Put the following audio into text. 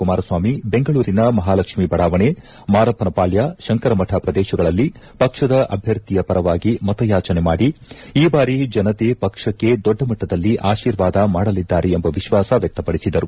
ಕುಮಾರಸ್ವಾಮಿ ಬೆಂಗಳೂರಿನ ಮಹಾಲಕ್ಷ್ಮಿ ಬಡಾವಣೆ ಮಾರಪ್ಪನ ಪಾಳ್ಯ ಶಂಕರಮಠ ಪ್ರದೇಶಗಳಲ್ಲಿ ಪಕ್ಷದ ಅಭ್ಯರ್ಥಿಯ ಪರವಾಗಿ ಮತಯಾಚನೆ ಮಾಡಿ ಈ ಬಾರಿ ಜನತೆ ಪಕ್ಷಕ್ಷೆ ದೊಡ್ಡ ಮಟ್ಟದಲ್ಲಿ ಆಶೀರ್ವಾದ ಮಾಡಲಿದ್ದಾರೆ ಎಂಬ ವಿಶ್ವಾಸ ವ್ಯಕ್ತಪಡಿಸಿದರು